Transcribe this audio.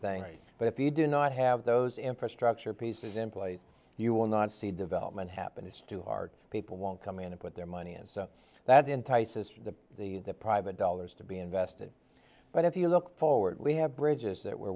thing but if you do not have those infrastructure pieces in place you will not see development happen it's too hard people won't come in to put their money and so that entices to the private dollars to be invested but if you look forward we have bridges that we're